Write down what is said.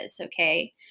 okay